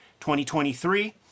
2023